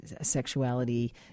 sexuality